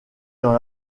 dans